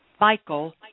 Michael